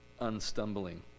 unstumbling